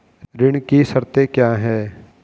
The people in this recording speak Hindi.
ऋण की शर्तें क्या हैं?